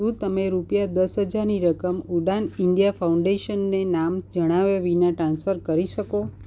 શું તમે રૂપિયા એક શૂન્ય શૂન્ય શૂન્ય શૂન્ય ની રકમ ઉડાન ઇન્ડિયા ફાઉન્ડેશનને નામ જણાવ્યા વિના ટ્રાન્સફર કરી શકો